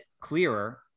clearer